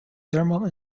thermal